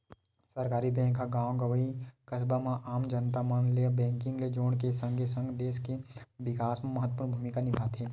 सहकारी बेंक गॉव गंवई, कस्बा म आम जनता मन ल बेंकिग ले जोड़ के सगं, देस के बिकास म महत्वपूर्न भूमिका निभाथे